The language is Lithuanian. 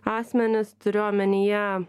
asmenis turiu omenyje